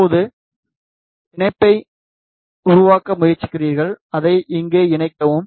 இப்போது இணைப்பை உருவாக்க முயற்சிக்கிறீர்கள் அதை இங்கே இணைக்கவும்